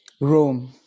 Rome